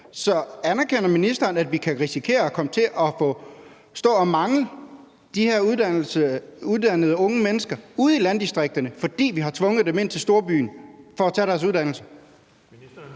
Så anerkender ministeren, at vi kan risikere at komme til at stå og mangle de her uddannede mennesker ude i landdistrikterne, fordi vi har tvunget dem ind til storbyen for at tage deres uddannelse?